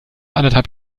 anderthalb